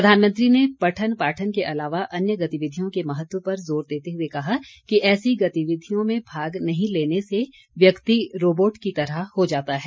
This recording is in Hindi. प्रधानमंत्री ने पठन पाठन के अलावा अन्य गतिविधियों के महत्व पर जोर देते हुए कहा कि ऐसी गतिविधियां में भाग नहीं लेने से व्यक्ति रॉबोट की तरह हो जाता है